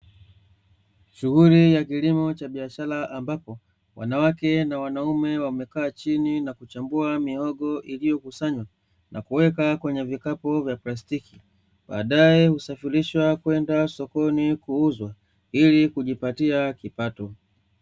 Shughuli ya kilimo cha biashara ambapo wananwake na wanaume wamekaa chini na kuchambua mihogo iliyokusanywa na kuweka kwenye vikapu vya plastiki, baadae husafirishwa kwenda sokoni kuuzwa, ili kujipatia kipato.